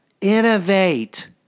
Innovate